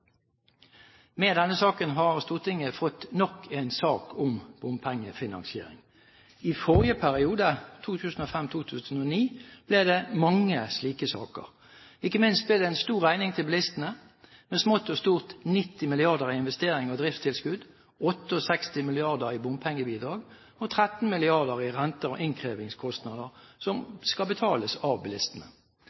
Med denne saken har Stortinget fått nok en sak om bompengefinansiering. I forrige periode, 2005–2009, ble det mange slike saker. Ikke minst ble det en stor regning til bilistene, med smått og stort 90 mrd. kr i investering og driftstilskudd, 68 mrd. kr i bompengebidrag og 13 mrd. kr i renter og innkrevingskostnader, som skal betales av bilistene.